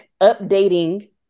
updating